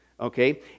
okay